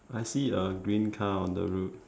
I see a green car on the road